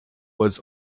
was